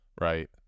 Right